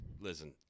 listen